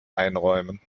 einräumen